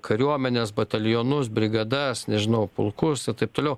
kariuomenės batalionus brigadas nežinau pulkus ir taip toliau